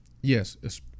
Yes